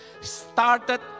Started